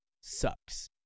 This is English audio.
sucks